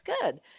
good